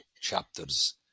chapters